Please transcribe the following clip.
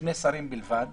לשני שרים בלבד